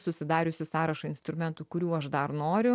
susidariusi sąrašą instrumentų kurių aš dar noriu